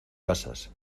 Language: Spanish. casas